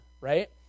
Right